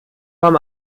warm